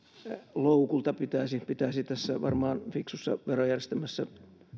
loukulta pitäisi pitäisi tässä varmaan fiksussa verojärjestelmässä